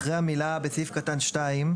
אחרי המילה בסעיף קטן (2),